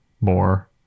more